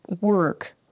work